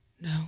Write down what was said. no